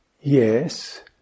yes